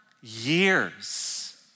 years